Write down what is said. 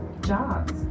jobs